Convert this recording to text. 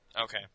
Okay